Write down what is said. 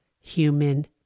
human